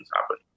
happen